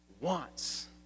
wants